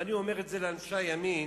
ואני אומר את זה לאנשי הימין,